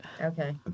Okay